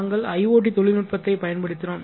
நாங்கள் IOT தொழில்நுட்பத்தைப் பயன்படுத்தினோம்